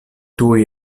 tuj